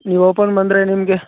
ನೀವು ಓಪನ್ ಬಂದರೆ ನಿಮಗೆ